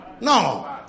No